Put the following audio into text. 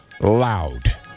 loud